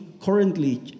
currently